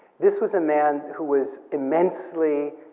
this was a man who was immensely,